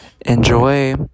Enjoy